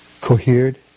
cohered